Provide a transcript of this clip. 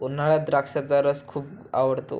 उन्हाळ्यात द्राक्षाचा रस खूप आवडतो